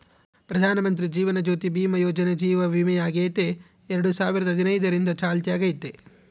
ಪ್ರಧಾನಮಂತ್ರಿ ಜೀವನ ಜ್ಯೋತಿ ಭೀಮಾ ಯೋಜನೆ ಜೀವ ವಿಮೆಯಾಗೆತೆ ಎರಡು ಸಾವಿರದ ಹದಿನೈದರಿಂದ ಚಾಲ್ತ್ಯಾಗೈತೆ